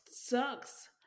sucks